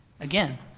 again